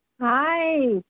Hi